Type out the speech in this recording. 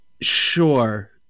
sure